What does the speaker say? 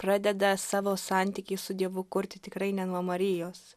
pradeda savo santykį su dievu kurti tikrai ne nuo marijos